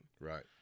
right